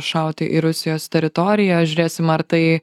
šauti į rusijos teritoriją žiūrėsim ar tai